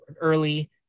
early